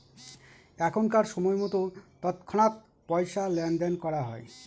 এখনকার সময়তো তৎক্ষণাৎ পয়সা লেনদেন করা হয়